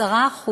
10%